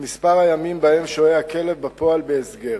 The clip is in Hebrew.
מספר הימים שבהם שוהה הכלב בפועל בהסגר,